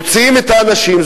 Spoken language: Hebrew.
מוציאים את האנשים,